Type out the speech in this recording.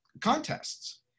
contests